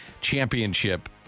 championship